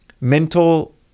mental